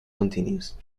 continues